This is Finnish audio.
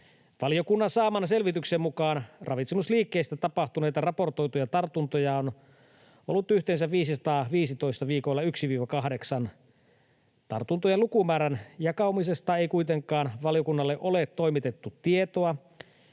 Valiokunnan saaman selvityksen mukaan ravitsemusliikkeissä tapahtuneita raportoituja tartuntoja on ollut viikoilla 1—8 yhteensä 515. Tartuntojen lukumäärän jakautumisesta ei kuitenkaan ole toimitettu